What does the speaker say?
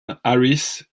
harris